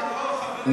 בקריאה שלישית.